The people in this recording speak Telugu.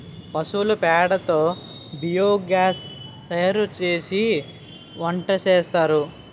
పశువుల పేడ తో బియోగాస్ తయారుసేసి వంటసేస్తారు